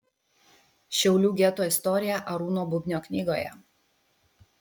šiaulių geto istorija arūno bubnio knygoje